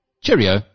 cheerio